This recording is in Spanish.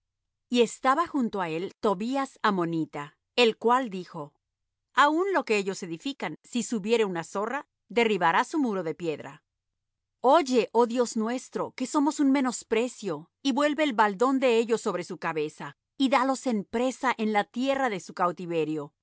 y estaba junto á él tobías ammonita el cual dijo aun lo que ellos edifican si subiere una zorra derribará su muro de piedra oye oh dios nuestro que somos en menosprecio y vuelve el baldón de ellos sobre su cabeza y dalos en presa en la tierra de su cautiverio